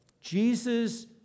Jesus